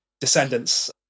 descendants